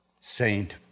saint